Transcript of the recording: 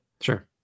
Sure